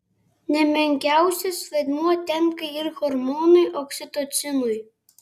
ne menkiausias vaidmuo tenka ir hormonui oksitocinui